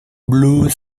blue